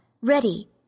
Ready